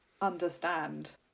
understand